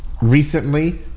recently